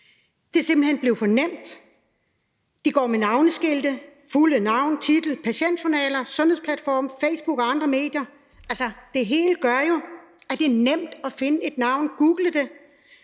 Det er simpelt hen blevet for nemt. De går med navneskilte med deres fulde navn og titel, og det kan ses i patientjournaler, på Sundhedsplatformen, på Facebook og i andre medier. Altså, det hele gør jo, at det er nemt at finde et navn, at google det,